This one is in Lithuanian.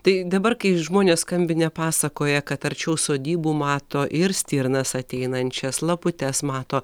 tai dabar kai žmonės skambinę pasakoja kad arčiau sodybų mato ir stirnas ateinančias laputes mato